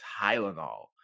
Tylenol